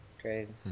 crazy